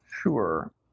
Sure